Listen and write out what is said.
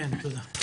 תודה.